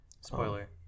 Spoiler